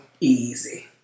easy